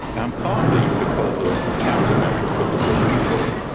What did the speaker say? um partly because of countermeasures that the british took.